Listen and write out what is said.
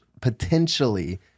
potentially